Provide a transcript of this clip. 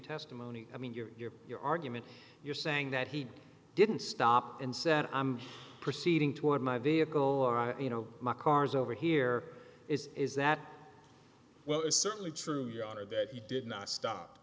testimony i mean you're you're you're argument you're saying that he didn't stop and said i'm proceeding toward my vehicle you know my car's over here is is that well it's certainly true your honor that he did not stop